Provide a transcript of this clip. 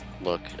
look